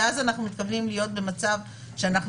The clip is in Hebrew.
ואז אנחנו מתכוונים להיות במצב שאנחנו